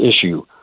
issue